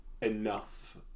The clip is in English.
enough